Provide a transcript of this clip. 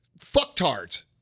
fucktards